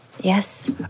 Yes